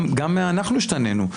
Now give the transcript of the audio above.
גם אנחנו השתנינו.